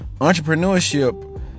Entrepreneurship